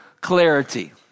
clarity